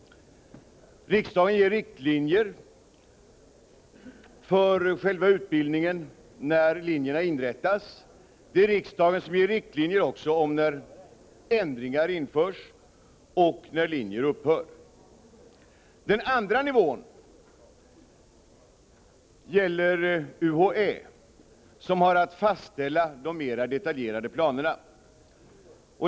Riksdagen ger riktlinjer för själva utbildningen när linjerna inrättas. Det är också riksdagen som ger riktlinjer om när ändringar införs och när linjer upphör. Den andra nivån gäller UHÄ, som har att fastställa de mera detaljerade planerna.